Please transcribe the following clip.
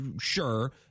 Sure